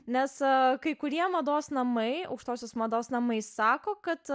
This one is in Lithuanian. nes kai kurie mados namai aukštosios mados namai sako kad